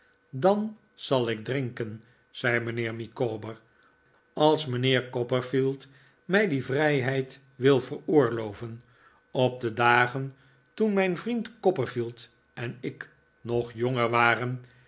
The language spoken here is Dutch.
dan zal ik drinken zei mijnheer micawber als mijnheer copperfield mij die vrijheid wil veroorloven op de dagen toen mijn vriend copperfield en ik nog jonger waren